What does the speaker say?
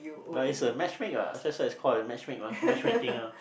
but it's a match-make uh that's why it's called a match-make mah match-making uh